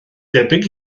debyg